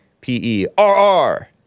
P-E-R-R